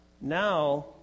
now